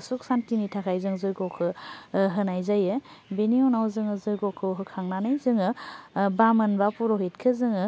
सुख सान्थिनि थाखाय जों जयग'खौ होनाय जायो बेनि उनाव जोङो जयग'खौ होखांनानै जोङो बामोन बा फुर'हिटखौ जोङो